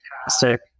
fantastic